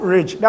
Rich